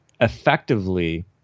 effectively